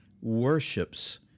worships